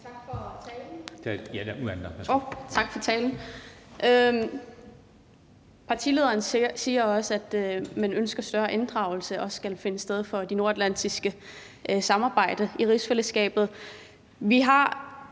Tak for talen.